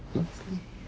Oxley